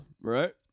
Right